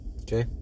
Okay